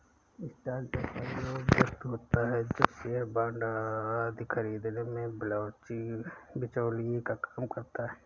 stock व्यापारी वो व्यक्ति होता है जो शेयर बांड आदि खरीदने में बिचौलिए का काम करता है